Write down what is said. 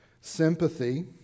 sympathy